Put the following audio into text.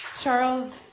Charles